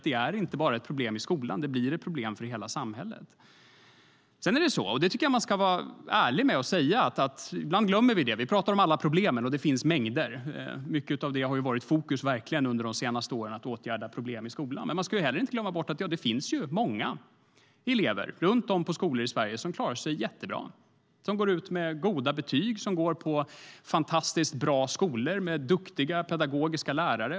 Det är inte ett problem bara i skolan utan för hela samhället. Vi pratar mycket om alla problem. Det finns mängder av problem. Att åtgärda problemen i skolan har varit i fokus under de senaste åren. Men man ska inte glömma bort att det finns många elever på skolor runt om i Sverige som klarar sig jättebra. De går ut med goda betyg. De går på fantastiskt bra skolor med duktiga pedagogiska lärare.